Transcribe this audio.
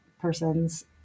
person's